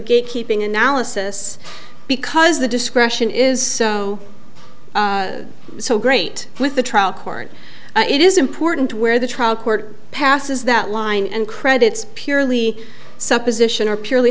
gate keeping analysis because the discretion is so great with the trial court it is important where the trial court passes that line and credits purely supposition are purely